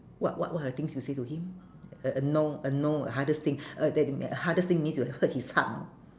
what what what are the things you say to him uh no uh no hardest thing uh that mea~ hardest thing means you have hurt his heart know